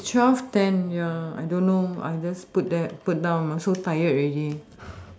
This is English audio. it's twelve ten ya I don't know I just put there put down I'm so tired already